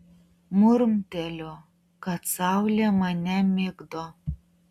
murmteliu kad saulė mane migdo